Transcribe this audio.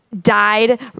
died